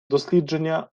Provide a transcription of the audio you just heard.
дослідження